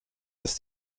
dass